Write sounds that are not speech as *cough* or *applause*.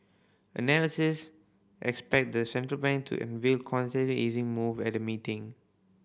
analysts expect the central bank to unveil *unintelligible* easing move at the meeting